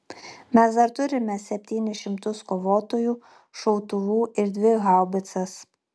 mes dar turime septynis šimtus kovotojų šautuvų ir dvi haubicas